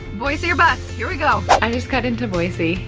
boise or bust, here we go. i've just got into boise,